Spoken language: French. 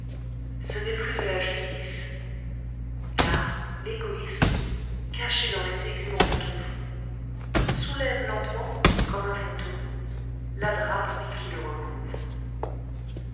ce n'est plus de la justice car l'égoïsme caché dans les téguments de ton front soulève lentement comme un fantôme la draperie qui le recouvre